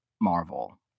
Marvel